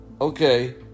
Okay